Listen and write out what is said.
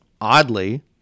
oddly